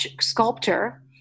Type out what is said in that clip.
sculptor